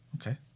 Okay